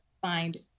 find